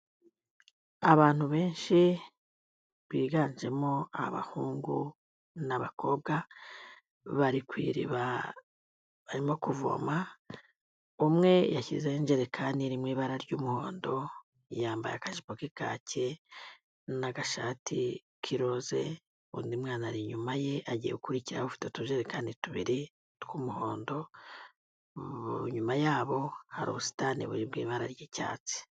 Abantu benshi biganjemo abahungu n'abakobwa, bari ku iriba barimo kuvoma, umwe yashyizeho injerekani iri mu ibara ry'umuhondo, yambaye akajipo ke kake n'agashati k'iroze, undi mwana ari inyuma ye agiye gukurikiraho ufite utujerekani tubiri tw'umuhondo, nyuma yabo hari ubusitani buri mu ibara ry'icyatsi.